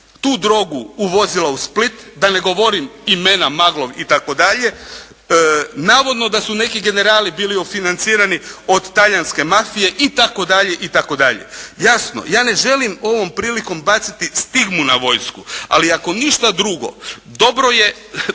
tu drogu uvozila u Split da ne govorim imena Maglov itd. Navodno da su neki generali bili ofinancirani od talijanske mafije itd., itd. Jasno, ja ne želim ovom prilikom baciti stigmu na vojsku, ali ako ništa drugo dobro je